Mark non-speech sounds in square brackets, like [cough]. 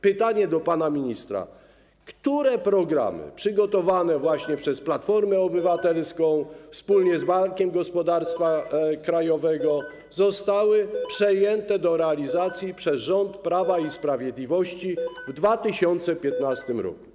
Pytanie do pana ministra, które programy [noise] przygotowane właśnie przez Platformę Obywatelską wspólnie z Bankiem Gospodarstwa Krajowego zostały przejęte do realizacji przez rząd Prawa i Sprawiedliwości w 2015 r.